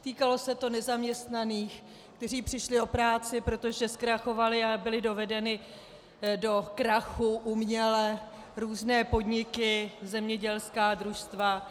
Týkalo se to nezaměstnaných, kteří přišli o práci, protože zkrachovaly a byly uvedeny do krachu uměle různé podniky, zemědělská družstva.